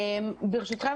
ברשותכם,